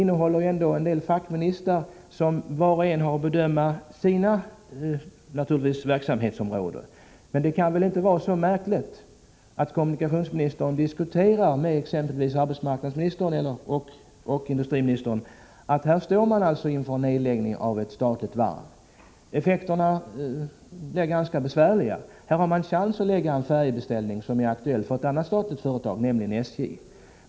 Inom regeringen finns fackministrar som har att bedöma frågor inom sina resp. verksamhetsområden, men det kan väl ändå inte vara märkvärdigare än att kommunikationsministern diskuterar med exempelvis arbetsmarknadsministern och industriministern när det gäller en fråga som denna. Kommunikationsministern kunde ha klargjort att man inför den här nedläggningen av ett statligt varv med besvärliga problem som följd hade chans att ge varvet en färjebeställning som var aktuell för ett annat statligt företag, nämligen SJ.